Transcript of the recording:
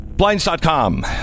blinds.com